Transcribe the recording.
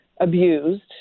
abused